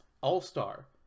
all-star